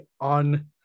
on